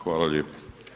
Hvala lijepo.